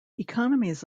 economies